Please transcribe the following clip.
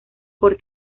por